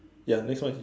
ya next one you